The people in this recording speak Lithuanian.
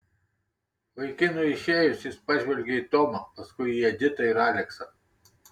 vaikinui išėjus jis pažvelgė į tomą paskui į editą ir aleksą